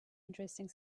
interesting